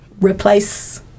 replace